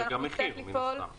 ומן הסתם זה גם מחיר.